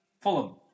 Fulham